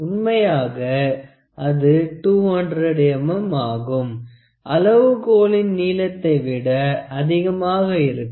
உண்மையாக அது 200 mm ஆகும் அளவு கோலின் நீளத்தை விட அதிகமாக இருக்கும்